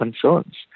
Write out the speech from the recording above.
concerns